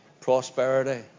prosperity